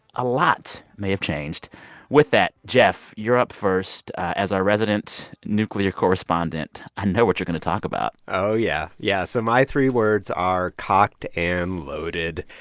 a lot may have changed with that, geoff, you're up first. as our resident nuclear correspondent, i know what you're going to talk about oh, yeah. yeah, so my three words are cocked and loaded.